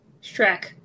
Shrek